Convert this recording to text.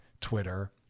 Twitter